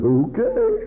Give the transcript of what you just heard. okay